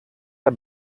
der